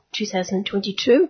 2022